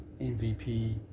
MVP